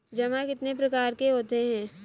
जमा कितने प्रकार के होते हैं?